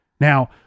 Now